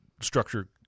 structure